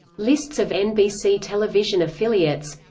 lists of nbc television affiliates